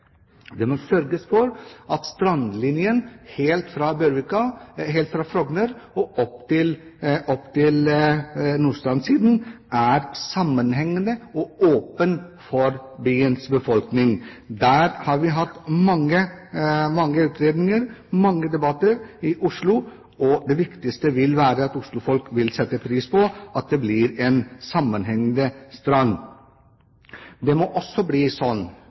må sørge for at strandlinjen helt fra Frogner og til Nordstrand-siden er sammenhengende og åpen for byens befolkning. Det har vi hatt mange utredninger og mange debatter om i Oslo. Det viktigste er at Oslo-folk vil sette pris på at det blir en sammenhengende strandlinje. Det må ikke bli